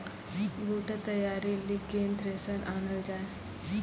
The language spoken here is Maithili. बूटा तैयारी ली केन थ्रेसर आनलऽ जाए?